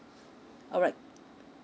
alright